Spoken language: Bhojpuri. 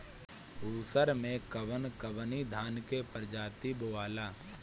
उसर मै कवन कवनि धान के प्रजाति बोआला?